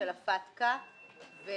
זה